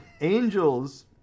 Angels